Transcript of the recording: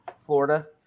Florida